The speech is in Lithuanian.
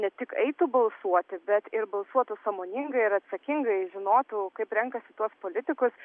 ne tik eitų balsuoti bet ir balsuotų sąmoningai ir atsakingai žinotų kaip renkasi tuos politikus